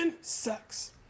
sucks